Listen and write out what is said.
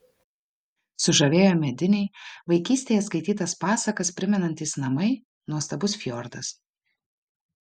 sužavėjo mediniai vaikystėje skaitytas pasakas primenantys namai nuostabus fjordas